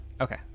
Okay